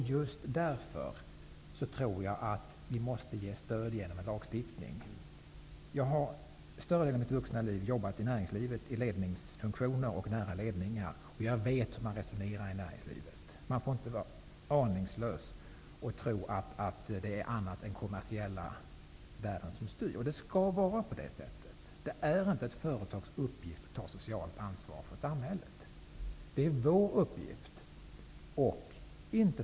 Just därför tror jag att vi måste ge stöd genom en lagstiftning. Under större delen av mitt vuxna liv har jag jobbat i näringslivet, i och nära ledningsfunktioner. Jag vet hur man resonerar i näringslivet. Man får inte vara aningslös och tro att det är annat än kommersiella värden som styr. Det skall vara på det sättet. Det är inte ett företags uppgift att ta socialt ansvar för samhället. Det är vår uppgift.